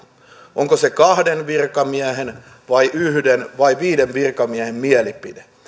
onko se kahden virkamiehen vai yhden vai viiden virkamiehen mielipide